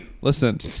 Listen